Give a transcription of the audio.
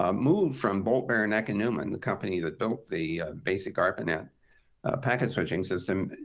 ah moved from bolt beranek and newman, the company that built the basic arpanet packet switching system,